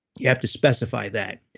you have to specify that.